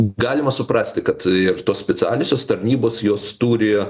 galima suprasti kad ir tos specialiosios tarnybos jos turi